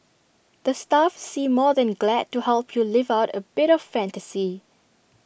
the staff seem more than glad to help you live out A bit of fantasy